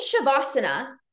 shavasana